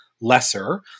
lesser